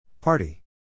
Party